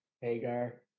Hagar